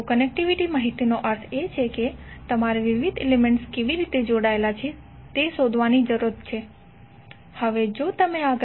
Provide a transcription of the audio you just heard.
તો કનેક્ટિવિટી માહિતીનો અર્થ એ છે કે તમારે વિવિધ એલિમેન્ટ્સ કેવી રીતે જોડાયેલા છે તે શોધવાની જરૂર છે